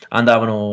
andavano